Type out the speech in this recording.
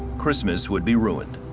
christmas would be ruined.